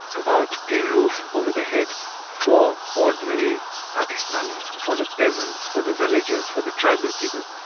about a roof over the head for ordinary pakistanis, for the peasants, for the villagers, for the tribal people,